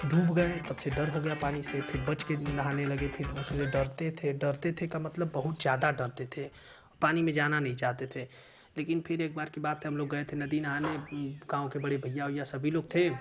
डूब गये तब से डर हो गया पानी से फिर बच कर नहाने लगे पहले डरते थे डरते थे का मतलब बहुत ज़्यादा डरते थे पानी में जाना नहीं चाहते थे लेकिन फिर एक बार की बात है हमलोग गये थे नदी नहाने गांव के बड़े भैया उइया सभी लोग थे